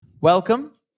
Welcome